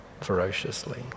ferociously